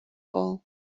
all